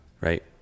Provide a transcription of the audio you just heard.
right